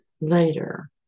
later